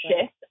shift